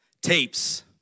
tapes